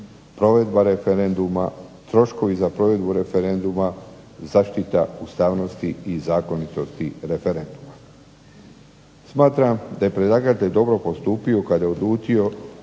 provedba referenduma, troškovi za provedbu referenduma, zaštita ustavnosti i zakonitosti referenduma. Smatram da je predlagatelj dobro postupio kada je odlučio